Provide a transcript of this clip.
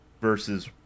versus